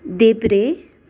देब्रे